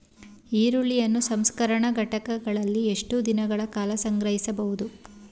ಈರುಳ್ಳಿಯನ್ನು ಸಂಸ್ಕರಣಾ ಘಟಕಗಳಲ್ಲಿ ಎಷ್ಟು ದಿನಗಳ ಕಾಲ ಸಂಗ್ರಹಿಸಬಹುದು?